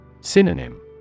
Synonym